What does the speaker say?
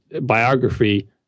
biography